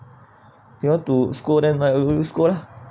you want to scold them right you you scold lah